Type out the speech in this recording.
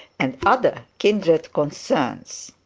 and other kindred concerns.